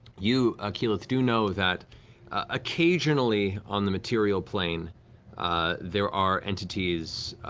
you, ah keyleth, do know that occasionally on the material plane there are entities,